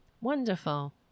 Wonderful